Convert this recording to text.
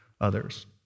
others